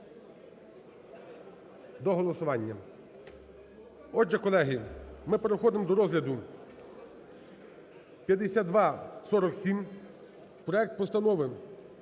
до голосування. Отже, колеги, ми переходимо до розгляду 547 – проект Постанови